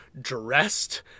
dressed